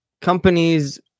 companies